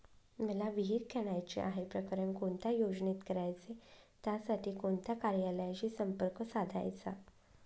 मला विहिर खणायची आहे, प्रकरण कोणत्या योजनेत करायचे त्यासाठी कोणत्या कार्यालयाशी संपर्क साधायचा?